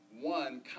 One